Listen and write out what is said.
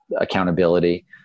accountability